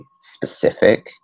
specific